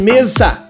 Mesa